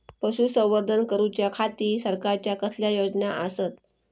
पशुसंवर्धन करूच्या खाती सरकारच्या कसल्या योजना आसत?